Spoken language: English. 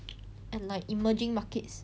and like emerging markets